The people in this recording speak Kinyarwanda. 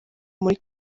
muri